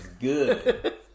good